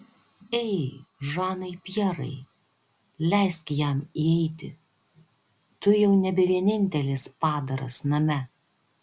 ei žanai pjerai leisk jam įeiti tu jau nebe vienintelis padaras name